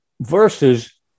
versus